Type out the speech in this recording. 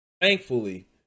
thankfully